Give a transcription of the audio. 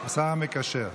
השר המקשר.